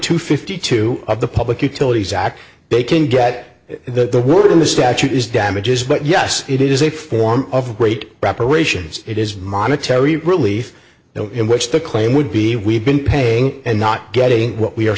to fifty two of the public utilities act they can get the word in the statute is damages but yes it is a form of great reparations it is monetary relief in which the claim would be we've been paying and not getting what we are